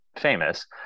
famous